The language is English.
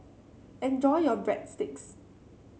enjoy your Breadsticks